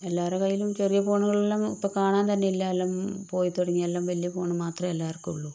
എല്ലാര കയ്യിലും ചെറിയ ഫോണുകളെല്ലാം ഇപ്പം കാണാൻ തന്നെയില്ല എല്ലാം പോയി തുടങ്ങി എല്ലാം വലിയ ഫോൺ മാത്രമേ എല്ലാവർക്കും ഉള്ളൂ